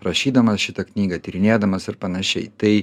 rašydamas šitą knygą tyrinėdamas ir panašiai tai